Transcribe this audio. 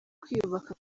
kwiyubaka